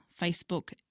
Facebook